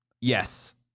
Yes